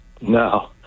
No